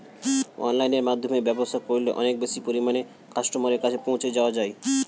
অনলাইনের মাধ্যমে ব্যবসা করলে অনেক বেশি পরিমাণে কাস্টমারের কাছে পৌঁছে যাওয়া যায়?